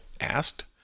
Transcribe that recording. asked